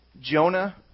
Jonah